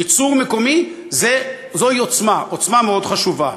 ייצור מקומי זה עוצמה, עוצמה מאוד חשובה.